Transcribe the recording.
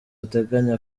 ateganya